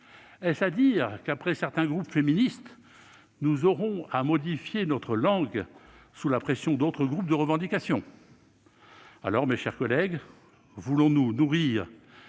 la demande de certains groupes féministes, nous aurons à modifier notre langue sous la pression d'autres groupes de revendication ? Mes chers collègues, voulons-nous nourrir